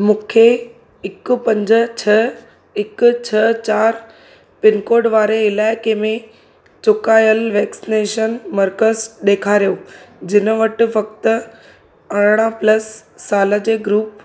मूंखे हिक पंज छह हिक छ्ह चारि पिनकोड वारे इलाइक़े में चुकायल वैक्सीनेशन मर्कज़ ॾेखारियो जिन वटि फ़ख्त अरड़ाहं प्लस साल जे ग्रुप